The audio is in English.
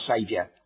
Saviour